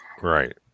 right